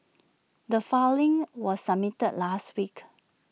the filing was submitted last week